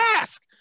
ask